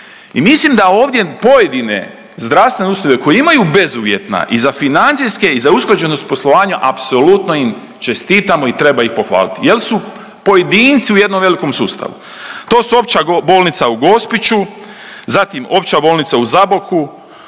i mislim da ovdje pojedine zdravstvene ustanove koje imaju bezuvjetna i za financijske i za usklađenost poslovanja apsolutno im čestitamo i treba ih pohvaliti jel su pojedinci u jednom velikom sustavu. To su Opća bolnica u Gospiću, zatim Opća bolnica u Zaboku,